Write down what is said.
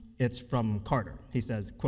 it's from carter. he says, quote,